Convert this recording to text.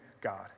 God